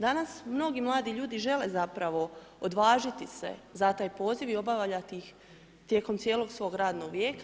Danas mnogi mladi ljudi žele zapravo odvažiti se za taj poziv i obavljati ih tijekom cijelog svog radnog vijeka.